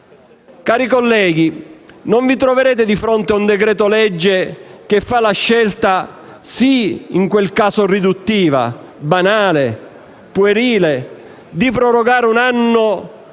Cari colleghi, non vi troverete di fronte un decreto-legge che fa la scelta, in quel caso sì riduttiva, banale e puerile, di prorogare per un anno